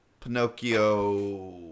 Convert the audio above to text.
Pinocchio